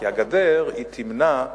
כי הגדר תמנע,